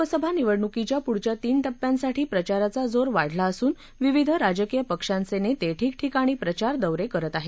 लोकसभा निवडणुकीच्या पुढच्या तीन टप्प्यांसाठी प्रचाराचा जोर वाढला असून विविध राजकीय पक्षांचे नेते ठिकठिकाणी प्रचारदौरे करत आहेत